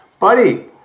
Buddy